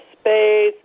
space